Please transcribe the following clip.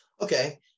Okay